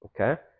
Okay